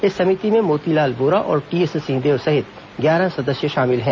इस समिति में मोतीलाल वोरा और टीएस सिंहदेव सहित ग्यारह सदस्य शामिल हैं